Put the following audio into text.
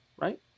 right